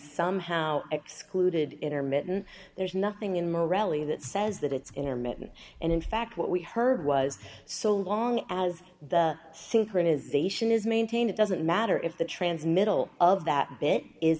somehow excluded intermittent there's nothing in morality that says that it's intermittent and in fact what we heard was so long as the synchronization is maintained it doesn't matter if the trans middle of that bit is